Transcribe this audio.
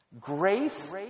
Grace